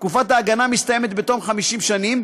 תקופת ההגנה מסתיימת בתום 50 שנים,